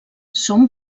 són